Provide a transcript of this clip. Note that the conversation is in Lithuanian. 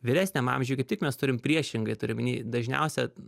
vyresniam amžiuj kaip tik mes turim priešingai turiu omeny dažniausia